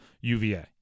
UVA